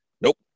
Nope